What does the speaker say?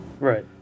Right